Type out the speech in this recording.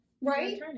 Right